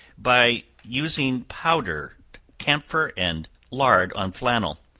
by using powdered camphor and lard on flannel.